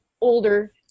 older